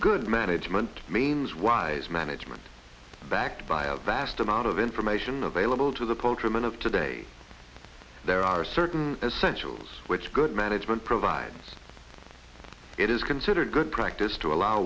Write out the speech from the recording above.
good management means wise management backed by a vast amount of information available to the poultry men of today there are certain essential oils which good management provides it is considered good practice to allow